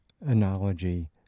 analogy